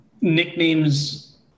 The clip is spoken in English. nicknames